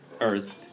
earth